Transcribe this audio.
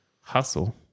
hustle